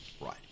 Right